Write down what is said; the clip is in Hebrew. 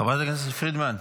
חברת הכנסת פרידמן.